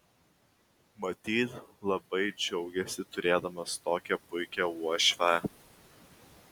matyt labai džiaugiasi turėdamas tokią puikią uošvę